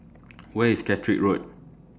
Where IS Caterick Road